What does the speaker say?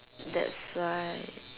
that's why